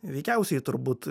veikiausiai turbūt